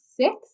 six